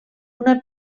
una